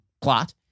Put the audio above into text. plot